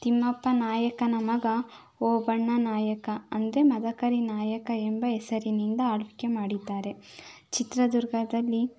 ತಿಮ್ಮಪ್ಪ ನಾಯಕನ ಮಗ ಓಬಣ್ಣ ನಾಯಕ ಅಂದರೆ ಮದಕರಿ ನಾಯಕ ಎಂಬ ಹೆಸರಿನಿಂದ ಆಳ್ವಿಕೆ ಮಾಡಿದ್ದಾರೆ ಚಿತ್ರದುರ್ಗದಲ್ಲಿ